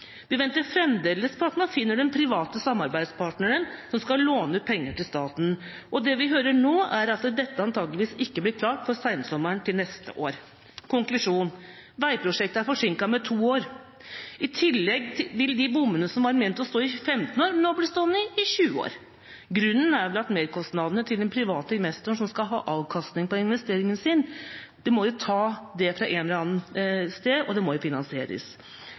Vi venter fremdeles på at man finner den private samarbeidspartneren som skal låne ut penger til staten, og det vi hører nå, er at dette antakeligvis ikke blir klart før sensommeren neste år. Konklusjon: Veiprosjektet er forsinket med to år, i tillegg vil de bommene som var ment å stå i 15 år, nå bli stående i 20 år. Grunnen er vel merkostnaden til den private investoren, som skal ha avkastning på investeringen sin. Det må jo tas fra ett eller annet sted, og det må finansieres.